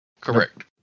Correct